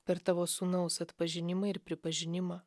per tavo sūnaus atpažinimą ir pripažinimą